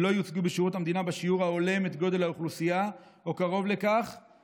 לא יוצגו בשירות המדינה בשיעור ההולם את גודל האוכלוסייה או קרוב לכך,